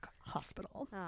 hospital